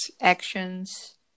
actions